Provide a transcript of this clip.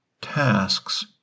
tasks